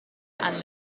and